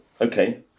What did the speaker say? Okay